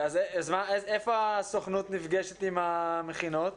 איפה הסוכנות נפגשת עם המכינות?